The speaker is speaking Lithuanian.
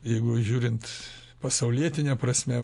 jeigu žiūrint pasaulietine prasme